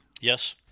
Yes